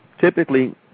Typically